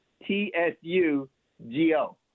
T-S-U-G-O